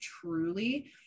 truly